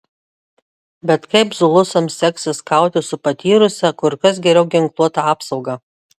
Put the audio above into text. bet kaip zulusams seksis kautis su patyrusia kur kas geriau ginkluota apsauga